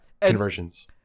Conversions